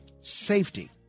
safety